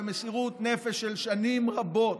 במסירות נפש של שנים רבות.